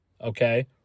okay